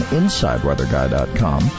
insideweatherguy.com